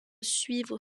suivre